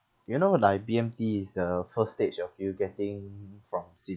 you know like B_M_T is uh first stage of you getting from